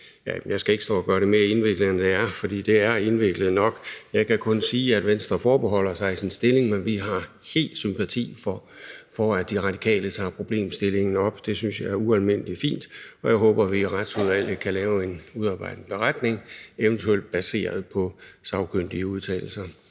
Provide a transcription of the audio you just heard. Jeg skal ikke stå og gøre det mere indviklet, end det er, for det er indviklet nok, og jeg kan kun sige, at Venstre tager forbehold for sin indstilling, men vi har hundrede procent sympati for, at De Radikale tager problemstillingen op, for det synes jeg er ualmindelig fint, og jeg håber, at vi i Retsudvalget kan udarbejde en beretning, eventuelt baseret på sagkyndiges udtalelser.